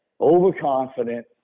overconfident